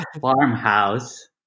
farmhouse